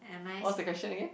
what's the question again